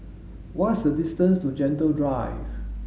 what is the distance to Gentle Drive